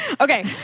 Okay